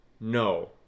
no